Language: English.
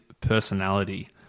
personality